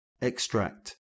extract